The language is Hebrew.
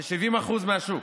ב-70% מהשוק,